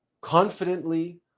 confidently